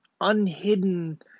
unhidden